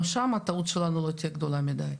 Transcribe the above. גם שם הטעות שלנו תהיה גדולה מדי.